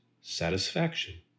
satisfaction